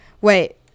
Wait